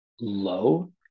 low